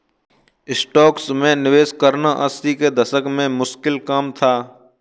stocks में निवेश करना अस्सी के दशक में मुश्किल काम था